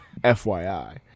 fyi